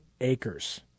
acres